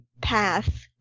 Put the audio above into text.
path